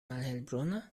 malhelbruna